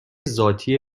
ذاتی